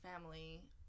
family